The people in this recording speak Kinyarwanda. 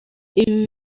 ibi